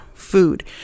food